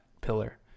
pillar